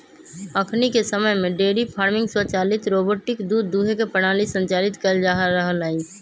अखनिके समय में डेयरी फार्मिंग स्वचालित रोबोटिक दूध दूहे के प्रणाली संचालित कएल जा रहल हइ